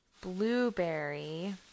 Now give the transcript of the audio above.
blueberry